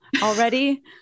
Already